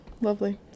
lovely